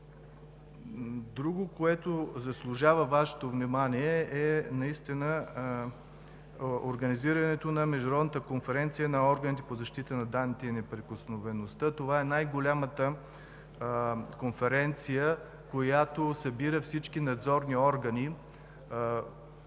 Друго, което наистина заслужава Вашето внимание, е организирането на Международната конференция на органите по защита на данните и неприкосновеността. Това е най-голямата конференция, която събира всички надзорни органи